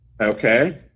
Okay